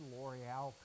L'Oreal